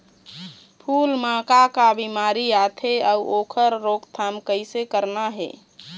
फूल म का का बिमारी आथे अउ ओखर रोकथाम कइसे करना हे?